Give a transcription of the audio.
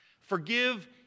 Forgive